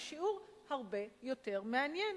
השיעור הרבה יותר מעניין.